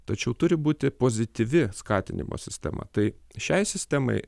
tačiau turi būti pozityvi skatinimo sistema tai šiai sistemai